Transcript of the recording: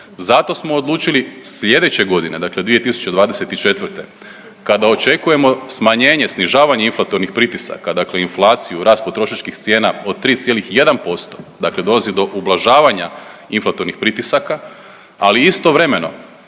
Zato smo odlučili slijedeće godine, dakle 2024. kada očekujemo smanjenje, snižavanje inflatornih pritisaka, dakle inflaciju, rast potrošačkih cijena od 3,1%, dakle dolazi do ublažavanja inflatornih pritisaka, ali istovremeno